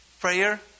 prayer